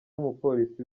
umupolisi